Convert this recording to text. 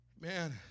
man